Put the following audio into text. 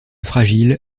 fragile